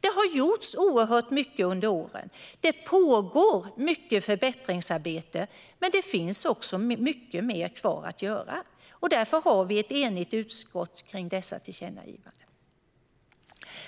Det har gjorts oerhört mycket under de här åren. Det pågår mycket förbättringsarbete, men det finns också mycket mer kvar att göra. Därför har vi ett enigt utskott kring dessa tillkännagivanden.